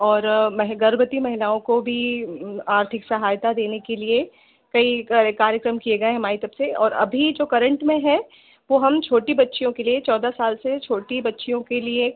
और महि गर्भवती महिलाओं को भी आर्थिक सहायता देने के लिए कई करे कार्यक्रम किए गए हैं हमारी तरफ से और अभी जो करेन्ट में है वह हम छोटी बच्चियों के लिए चौदह साल से छोटी बच्चियों के लिए